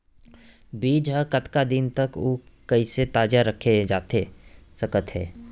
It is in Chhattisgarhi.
बीज ह कतका दिन तक अऊ कइसे ताजा रखे जाथे सकत हे?